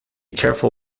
careful